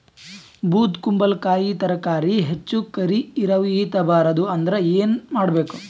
ಬೊದಕುಂಬಲಕಾಯಿ ತರಕಾರಿ ಹೆಚ್ಚ ಕರಿ ಇರವಿಹತ ಬಾರದು ಅಂದರ ಏನ ಮಾಡಬೇಕು?